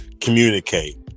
communicate